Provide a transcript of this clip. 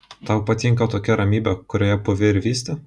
tau patinka tokia ramybė kurioje pūvi ir vysti